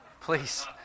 Please